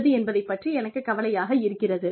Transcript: என்பதைப் பற்றி எனக்குக் கவலையாக இருக்கிறது